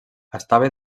estava